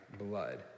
blood